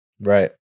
Right